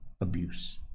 abuse